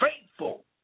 faithful